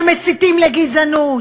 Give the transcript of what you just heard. שמסיתים לגזענות,